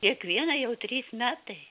kiekvieną jau trys metai